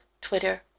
Twitter